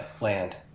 land